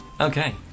okay